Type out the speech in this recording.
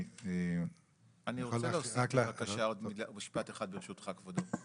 אני רוצה להוסיף עוד משפט אחד ברשותך כבודו.